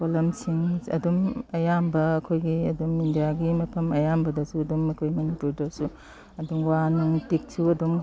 ꯄꯣꯠꯂꯝꯁꯤꯡ ꯑꯗꯨꯝ ꯑꯌꯥꯝꯕ ꯑꯩꯈꯣꯏꯒꯤ ꯑꯗꯨꯝ ꯏꯟꯗꯤꯌꯥꯒꯤ ꯃꯐꯝ ꯑꯌꯥꯝꯕꯗꯁꯨ ꯑꯗꯨꯝ ꯑꯩꯈꯣꯏ ꯃꯅꯤꯄꯨꯔꯗꯁꯨ ꯑꯗꯨꯝ ꯋꯥꯅꯨꯡ ꯇꯤꯛꯁꯨ ꯑꯗꯨꯝ